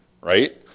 right